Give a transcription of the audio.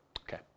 Okay